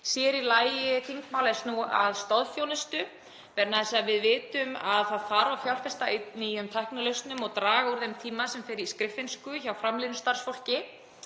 sér í lagi þingmál er snúa að stoðþjónustu, vegna þess að við vitum að það þarf að fjárfesta í nýjum tæknilausnum og draga úr þeim tíma sem fer í skriffinnsku hjá framlínustarfsfólki.